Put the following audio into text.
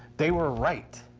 they were right.